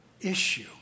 issue